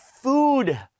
food